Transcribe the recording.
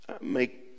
make